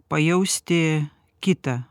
pajausti kitą